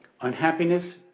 unhappiness